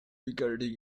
regarding